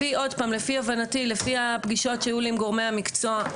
לפי הבנתי ולפי הפגישות שהיו לי עם גורמי המקצוע,